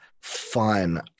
fun